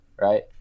right